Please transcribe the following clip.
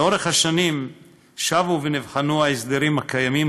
לאורך השנים שבו ונבחנו ההסדרים הקיימים